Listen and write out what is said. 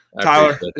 Tyler